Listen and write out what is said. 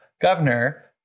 governor